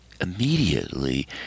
immediately